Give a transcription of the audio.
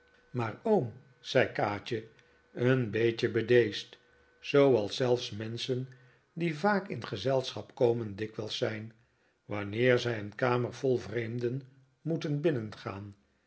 maar oom zei kaatje een beetje bedeesd zooals zelfs menschen die vaak in gezelschap komen dikwijls zijn wanneer zij een kamer vol vreemden moeten binnengaan